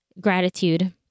gratitude